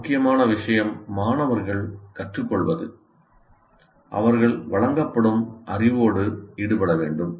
மிக முக்கியமான விஷயம் மாணவர்கள் கற்றுக்கொள்வது அவர்கள் வழங்கப்படும் அறிவோடு ஈடுபட வேண்டும்